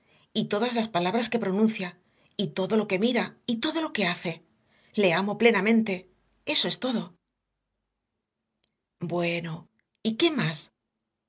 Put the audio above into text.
y todas las palabras que pronuncia y todo lo que mira y todo lo que hace le amo plenamente eso es todo bueno y qué más